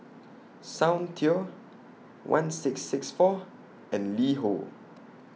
Soundteoh one six six four and LiHo